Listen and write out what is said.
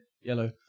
yellow